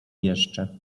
jeszcze